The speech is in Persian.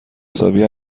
حسابی